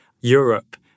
Europe